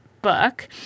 Book